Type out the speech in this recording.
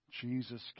Jesus